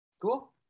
Cool